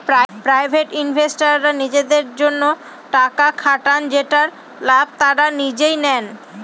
private ইনভেস্টররা নিজেদের জন্য টাকা খাটান যেটার লাভ তারা নিজেই নেয়